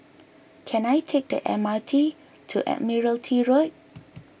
can I take the M R T to Admiralty Road